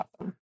awesome